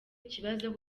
ikibazo